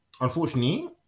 unfortunately